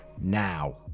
now